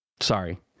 sorry